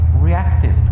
reactive